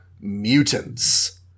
mutants